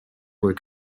were